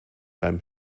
beim